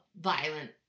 violent